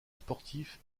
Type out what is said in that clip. sportif